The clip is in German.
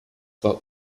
war